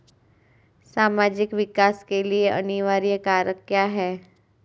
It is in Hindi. सामाजिक विकास के लिए अनिवार्य कारक क्या है?